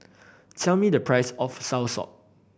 tell me the price of soursop